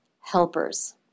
helpers